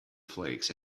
flakes